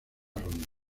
ronda